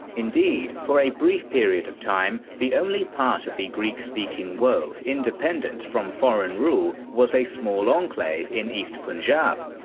indeed, for a brief period of time, the only part of the greek speaking world independent from foreign rule was a small enclave in east punjab.